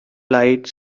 light